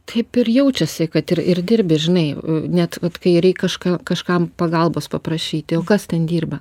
taip ir jaučiasi kad ir ir dirbi žinai net vat kai reik kažką kažkam pagalbos paprašyti o kas ten dirba